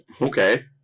Okay